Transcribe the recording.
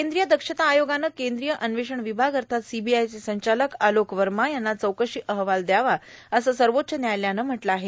कद्रीय दक्षता आयोगानं कद्रीय अन्वेषण र्वभाग अथात सीबीआयचे संचालक आलोक वमा यांना चौकशी अहवाल देण्यात यावा असं सर्वाच्च न्यायालयानं म्हटलं आहे